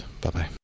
Bye-bye